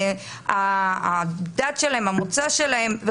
הדת והמוצא שלהם.